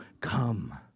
Come